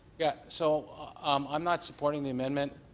yeah so um i'm not supporting the amendment.